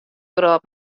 wrâld